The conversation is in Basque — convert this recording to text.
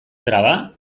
traba